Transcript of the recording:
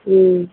ہوں